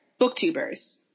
booktubers